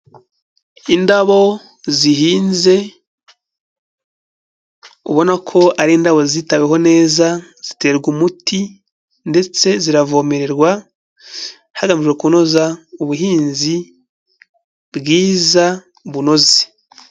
Indabo zihinze ubona ko ari indabo zitaweho neza, ziterwa umuti ndetse ziravomererwa hagamijwe kunoza ubuhinzi bwiza bunoze.